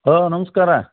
ಹೋ ನಮಸ್ಕಾರ